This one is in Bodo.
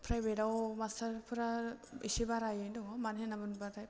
प्राइभेटआव मास्टारफ्रा एसे बारायैनो दं मानो होन्नानै बुङोब्ला